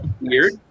weird